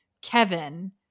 Kevin